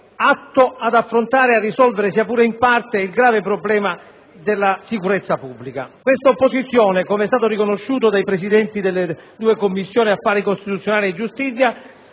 atto ad affrontare e a risolvere, sia pure in parte, il grave problema della sicurezza pubblica. Questa opposizione, come è stato riconosciuto dai Presidenti delle Commissioni affari costituzionali e giustizia,